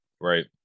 Right